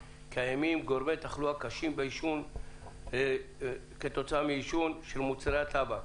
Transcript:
קיימים גורמי תחלואה קשים כתוצאה מעישון של מוצרי טבק.